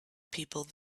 people